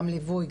גם ליווי,